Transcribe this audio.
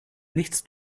nichts